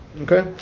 Okay